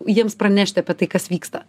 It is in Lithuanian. jiems pranešti apie tai kas vyksta